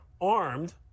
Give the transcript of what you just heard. armed